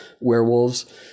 werewolves